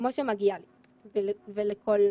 כמו שמגיע לנו ולכל השכבה.